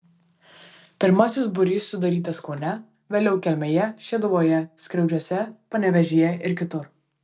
pirmasis būrys sudarytas kaune vėliau kelmėje šeduvoje skriaudžiuose panevėžyje ir kitur